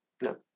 No